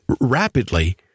rapidly